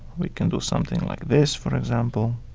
we can do something like this, for example.